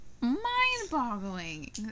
mind-boggling